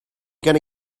gonna